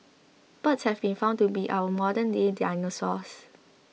birds have been found to be our modernday dinosaurs